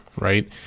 right